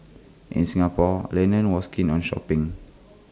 in Singapore Lennon was keen on shopping